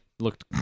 Looked